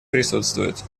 присутствует